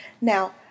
Now